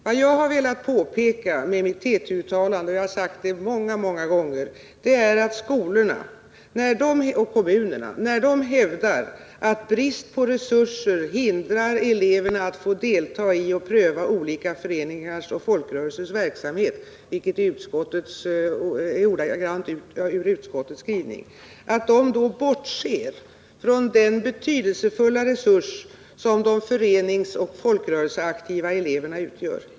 Vad jag med mitt TT-uttalande har velat påpeka, och som jag har sagt många gånger, är att skolorna och kommunerna när de hävdar att bristen på resurser hindrar eleverna att få ”delta i och pröva olika föreningars och folkrörelsers verksamhet” — vilket är ordagrant återgivet från utbildningsutskottets skrivning — bortser från den betydelsefulla resurs som de föreningsoch folkrörelseaktiva eleverna utgör.